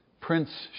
Prince